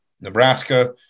Nebraska